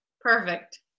Perfect